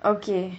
okay